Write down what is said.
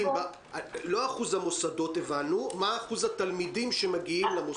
פנינו למשרד החינוך בעלויות של גרושים - שום דבר.